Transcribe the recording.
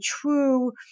true